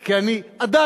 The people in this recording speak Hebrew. כי אני עדיין